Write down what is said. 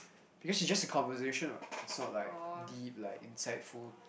this is just a conversation what it's not like really like insightful